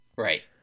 right